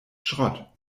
schrott